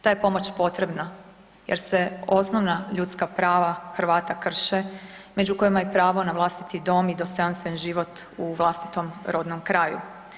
Ta je pomoć potrebna jer se osnovna ljudska prava Hrvata krše, među kojima je pravo na vlastiti dom i dostojanstven život u vlastitom rodnom kraju.